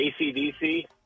ACDC